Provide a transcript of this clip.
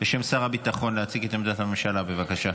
בשם שר הביטחון, יציג את עמדת הממשלה, בבקשה.